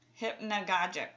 Hypnagogic